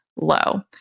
low